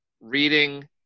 reading